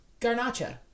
Garnacha